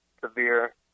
severe